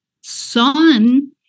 son